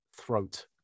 throat